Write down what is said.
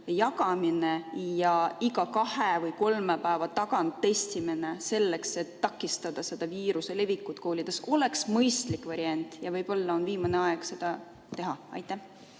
jagamine ja iga kahe või kolme päeva tagant testimine, selleks et takistada viiruse levikut koolides, oleks mõistlik variant? Võib-olla on viimane aeg seda teha? Aitäh!